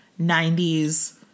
90s